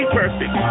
perfect